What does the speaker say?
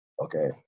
Okay